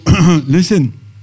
listen